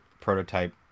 prototype